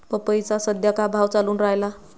पपईचा सद्या का भाव चालून रायला?